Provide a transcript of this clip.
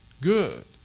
good